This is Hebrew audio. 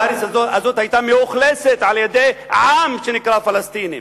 הארץ הזאת היתה מאוכלסת על-ידי עם שנקרא פלסטינים,